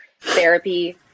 therapy